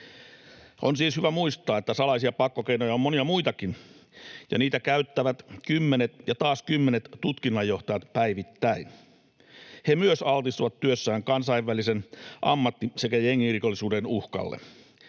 On siis hyvä muistaa, että salaisia pakkokeinoja on monia muitakin ja niitä käyttävät kymmenet ja taas kymmenet tutkinnanjohtajat päivittäin. He myös altistuvat työssään kansainvälisen ammatti- sekä jengirikollisuuden uhkalle,